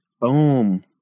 Boom